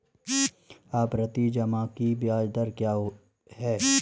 आवर्ती जमा की ब्याज दर क्या है?